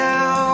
Now